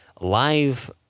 live